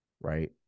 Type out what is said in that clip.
right